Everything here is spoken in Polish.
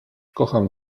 kocham